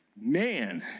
man